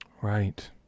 right